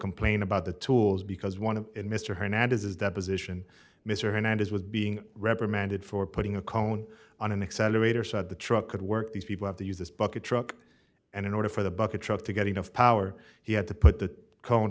complain about the tools because one of mr hernandez's deposition mr hernandez was being reprimanded for putting a cone on an accelerator said the truck could work these people have to use this bucket truck and in order for the bucket truck to get enough power he had to put the cone